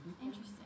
Interesting